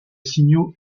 signaux